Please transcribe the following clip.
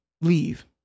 leave